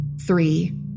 three